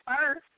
first